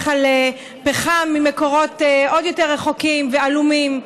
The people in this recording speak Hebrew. על פחם ממקורות עוד יותר רחוקים ועלומים.